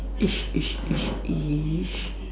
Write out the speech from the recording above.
ish ish ish ish